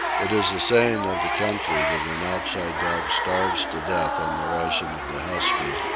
it is a saying of the country that an outside dog starves to death on the ration of the husky,